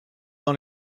dans